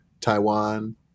Taiwan